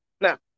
Now